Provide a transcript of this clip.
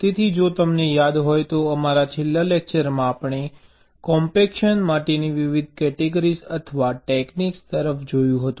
તેથી જો તમને યાદ હોય તો અમારા છેલ્લા લેક્ચરમાં આપણે કોમ્પેક્શન માટેની વિવિધ કેટેગરીઝ અથવા ટેક્નીક્સ તરફ જોયું હતું